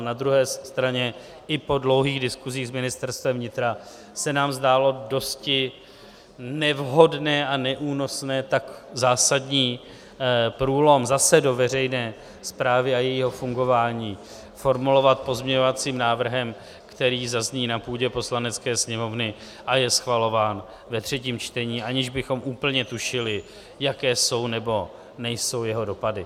Na druhé straně i po dlouhých diskusích s Ministerstvem vnitra se nám zdálo dosti nevhodné a neúnosné tak zásadní průlom do veřejné správy a jejího fungování formulovat pozměňovacím návrhem, který zazní na půdě Poslanecké sněmovny a je schvalován ve třetím čtení, aniž bychom úplně tušili, jaké jsou nebo nejsou jeho dopady.